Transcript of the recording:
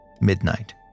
midnight